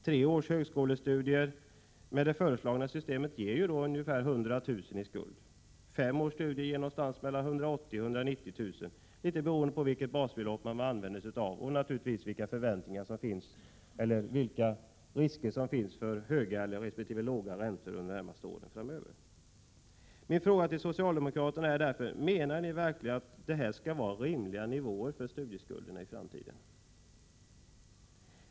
Tre års högskolestudier ger med det föreslagna systemet ungefär 100 000 kr. i skuld, fem års studier någonstans mellan 180 000 och 190 000, litet beroende på vilket basbelopp som gäller och vilka risker som finns för höga resp. låga räntor under de närmaste åren framöver. Min fråga till socialdemokraterna är därför: Menar ni att detta i framtiden skall vara rimliga nivåer för studieskulderna?